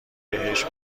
بهش